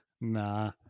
Nah